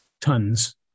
tons